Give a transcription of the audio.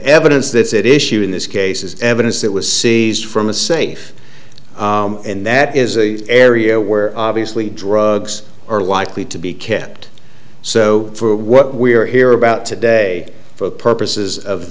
evidence that it is shooting this case is evidence that was seized from a safe and that is the area where obviously drugs are likely to be kept so for what we are here about today for the purposes of